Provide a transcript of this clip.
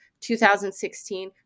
2016